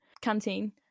canteen